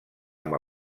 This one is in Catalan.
amb